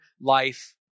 life